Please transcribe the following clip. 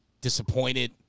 disappointed